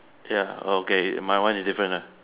ya okay my one is different lah